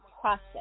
process